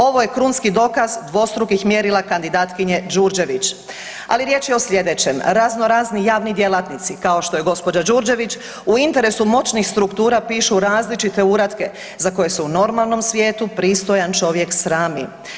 Ovo je krunski dokaz dvostrukih mjerila kandidatkinje Đurđević, ali riječ je o sljedećem, razno razni javni djelatnici, kao što je gđa. Đurđević, u interesu moćnih struktura pišu različite uratke, za koje se u normalnom svijetu pristojan čovjek srami.